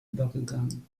übergegangen